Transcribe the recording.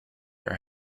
are